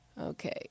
Okay